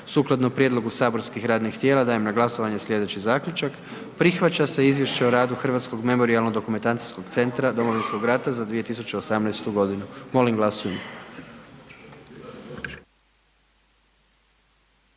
Sukladno prijedlogu saborskih radnih tijela dajem na glasovanje slijedeći zaključak: Prihvaća se Izvješće o radu Hrvatskog memorijalno dokumentacijskog centra Domovinskog rata za 2018.g., molim glasujmo.